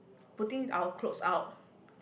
putting our clothes out